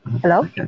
Hello